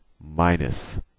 minus